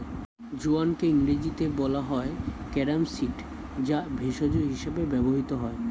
জোয়ানকে ইংরেজিতে বলা হয় ক্যারাম সিড যা ভেষজ হিসেবে ব্যবহৃত হয়